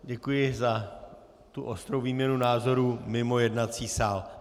Děkuji za tu ostrou výměnu názorů mimo jednací sál.